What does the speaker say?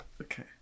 Okay